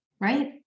Right